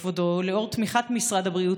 כבודו: לאור תמיכת משרד הבריאות,